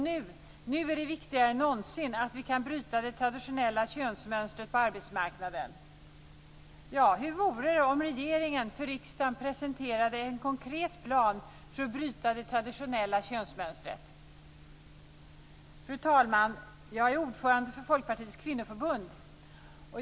Nu är det viktigare än någonsin att vi kan bryta det traditionella könsmönstret på arbetsmarknaden. Hur vore det om regeringen för riksdagen presenterade en konkret plan för att bryta det traditionella könsmönstret? Fru talman! Jag är ordförande för Folkpartiets kvinnoförbund.